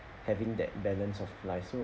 having that balance of life so